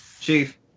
Chief